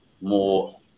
more